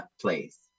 place